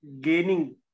gaining